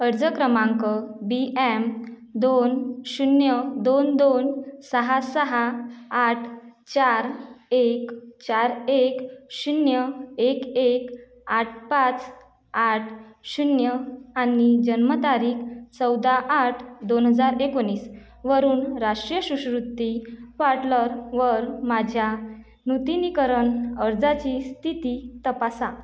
अर्ज क्रमांक B M दोन शून्य दोन दोन सहा सहा आठ चार एक चार एक शून्य एक एक आठ पाच आठ शून्य आणि जन्मतारीख चौदा आठ दोन हजार एकोणीस वरून राष्ट्रीय शिष्यवृत्ती पार्टलरवर माझ्या नूतनीकरण अर्जाची स्थिती तपासा